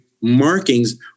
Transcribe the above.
markings